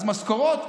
אז משכורות,